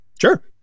Sure